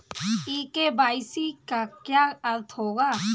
ई KYC का क्या अर्थ होता है?